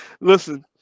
listen